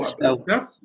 No